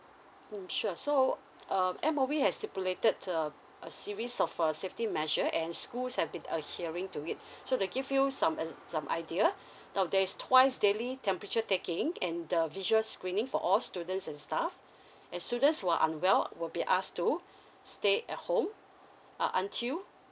mm sure so uh M_O_E has stipulated a a series of a safety measure and schools have been adhering to it so they give you some uh some idea now there is twice daily temperature taking and the visual screening for all students and staff and students who are unwell will be asked to stay at home ah until